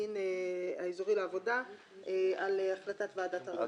הדין האזורי לעבודה על החלטת ועדת העררים.